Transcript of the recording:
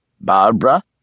Barbara